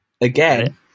Again